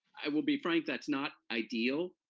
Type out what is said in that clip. i will be frank, that's not ideal,